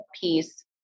piece